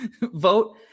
vote